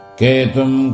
Ketum